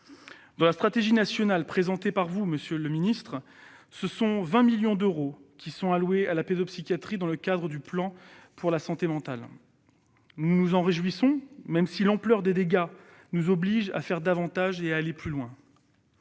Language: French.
Dans la stratégie nationale que vous avez présentée, monsieur le secrétaire d'État, 20 millions d'euros sont alloués à la pédopsychiatrie dans le cadre du plan pour la santé mentale. Nous nous en réjouissons, même si l'ampleur des dégâts nous oblige à faire davantage et à aller plus loin.